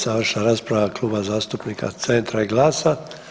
Završna rasprava Kluba zastupnika Centra i Glasa.